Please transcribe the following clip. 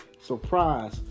surprise